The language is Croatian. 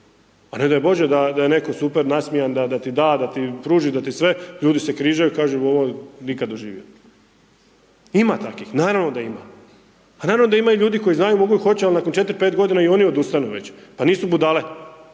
a ne daj Bože da je netko super nasmijan da ti da, da ti pruži, da ti sve, ljudi se križaju, kažu, ovo nikad doživio. Ima takvih, naravno da ima. Pa naravno da ima i ljudi koji znaju, mogu i hoće, ali nakon četiri, pet godina i oni odustanu već, pa nisu budale,